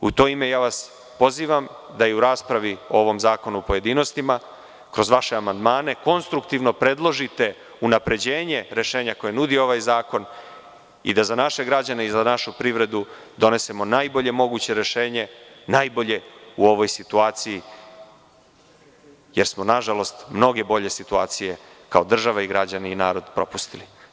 U to ime vas pozivam da i u raspravi o ovom zakonu u pojedinostima kroz vaše amandmane konstruktivno predložite unapređenje rešenja koje nudi ovaj zakon i da za naše građane i našu privredu donesemo najbolje moguće rešenje, najbolje u ovoj situaciji, jer smo nažalost mnoge bolje situacije kao država i građani propustili.